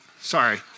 Sorry